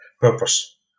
purpose